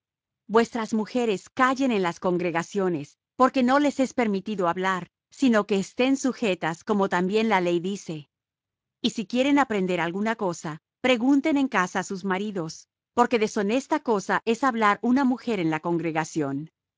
vuestras mujeres callen en las congregaciones porque no les es permitido hablar sino que estén sujetas como también la ley dice y si quieren aprender alguna cosa pregunten en casa á sus maridos porque deshonesta cosa es hablar una mujer en la congregación